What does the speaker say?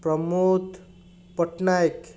Pramod Patnaik